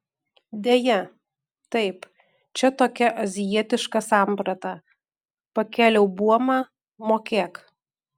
deja taip čia tokia azijietiška samprata pakėliau buomą mokėk